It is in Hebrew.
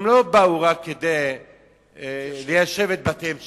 הם לא באו רק כדי ליישב את בתיהם שמה.